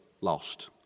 lost